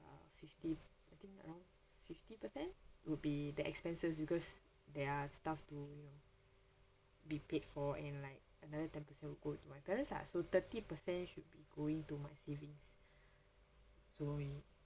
uh fifty I think around fifty percent would be the expenses because there are stuff to you know be paid for and like another ten percent would go to my parents lah so thirty percent should be going to my savings so we